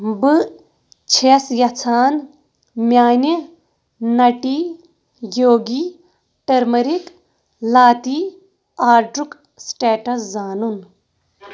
بہٕ چھَس یژھان میٛانہِ نَٹی یوگی ٹٔرمٔرِک لاتی آڈرُک سٕٹیٹَس زانُن